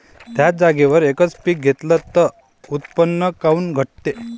थ्याच जागेवर यकच पीक घेतलं त उत्पन्न काऊन घटते?